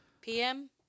PM